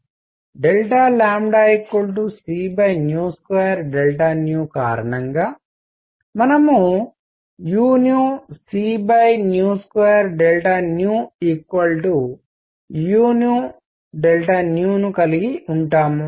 c c2 కారణంగా మనం uc2 uను కలిగి ఉంటాం